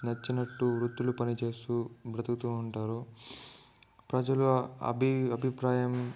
నచ్చినట్టు వృత్తులు పనిచేస్తూ బ్రతుకుతూ ఉంటారు ప్రజల అభి అభిప్రాయం